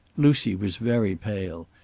lucy was very pale,